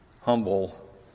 humble